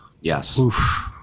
Yes